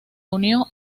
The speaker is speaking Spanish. unió